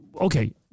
Okay